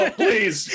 please